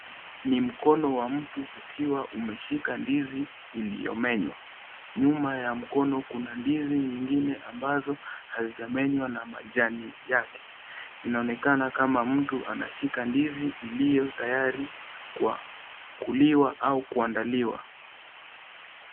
Ni mkono wa mtu ukiwa umeshika ndizi iliyomenywa. Nyuma ya mkono kuna ndizi nyingine ambazo hazijamenywa na majani yake inaonekana kama mtu anashika ndizi iliyo tayari kwa kuliwa au kuandaliwa.